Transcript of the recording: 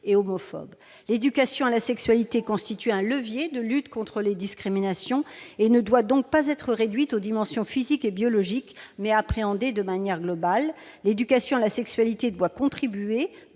ou homophobes. L'éducation à la sexualité constitue un levier de lutte contre les discriminations et ne doit pas être réduite aux dimensions physiques et biologiques. Elle doit être appréhendée de manière globale et doit contribuer,